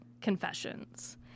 confessions